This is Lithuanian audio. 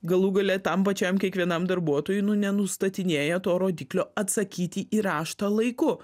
galų gale tam pačiam kiekvienam darbuotojui nu nenustatinėja to rodiklio atsakyti į raštą laiku